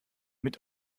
mit